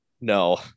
No